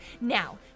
Now